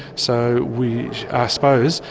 so we, i suppose,